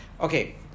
okay